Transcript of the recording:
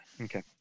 Okay